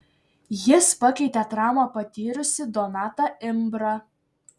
jis pakeitė traumą patyrusį donatą imbrą